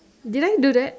did I do that